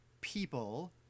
people